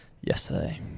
yesterday